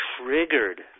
triggered